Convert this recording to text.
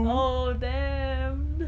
oh damn